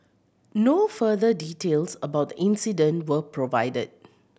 no further details about the incident were provided